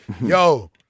yo